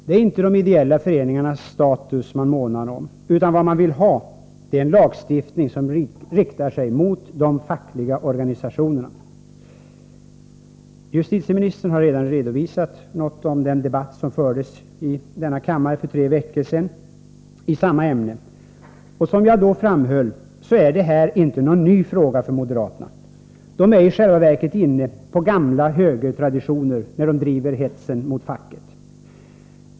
Det är inte de ideella föreningarnas status man månar om, utan vad man vill ha är en lagstiftning som riktar sig mot de fackliga Organisationerna. Justitieministern har redan redovisat något av den debatt som fördes i denna kammare för tre veckor sedan i samma ämne. Som jag då framhöll, är det här inte någon ny fråga för moderaterna. De är i själva verket inne på gamla högertraditioner, när de driver hetsen mot facket.